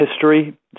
history